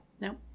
no